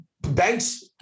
banks